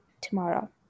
tomorrow